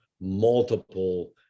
multiple